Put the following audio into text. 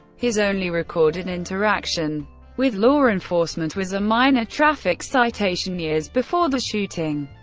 his only recorded interaction with law enforcement was a minor traffic citation years before the shooting,